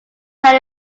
town